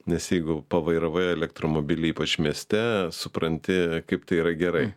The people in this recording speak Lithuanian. nes jeigu pavairavai elektromobilį ypač mieste supranti kaip tai yra gerai